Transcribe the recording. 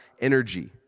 energy